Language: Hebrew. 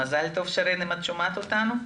מזל טוב שרן אם את שומעת אותנו.